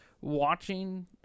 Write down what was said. watching